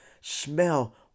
smell